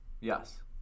Yes